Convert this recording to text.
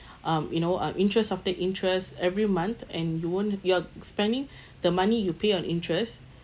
um you know uh interest after interest every month and you won't you're spending the money you pay on interest